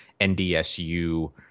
NDSU